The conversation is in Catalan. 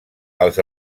els